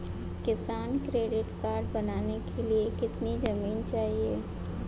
किसान credit card बनाने के लिए कितनी जमीन चाहिए?